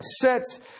sets